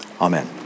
Amen